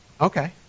okay